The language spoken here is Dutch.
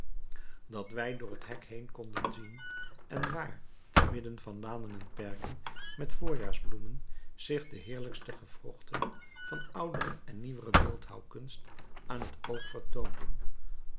dat wij door het hek heen konden zien en waar te midden van lanen en perken met voorjaarsbloemen zich de heerlijkste gewrochten van oudere en nieuwere beeldhouwkunst aan het oog vertoonden